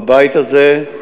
בבית הזה,